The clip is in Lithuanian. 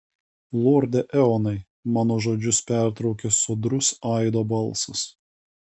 lorde eonai mano žodžius pertraukė sodrus aido balsas